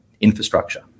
infrastructure